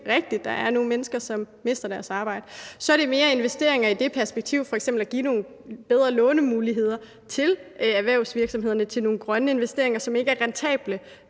der er nogle mennesker, som mister deres arbejde – så er det mere om investeringer i det perspektiv f.eks. at give erhvervsvirksomhederne nogle bedre lånemuligheder til nogle grønne investeringer, som ikke er rentable,